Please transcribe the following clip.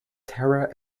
terror